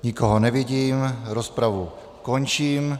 Nikoho nevidím, rozpravu končím.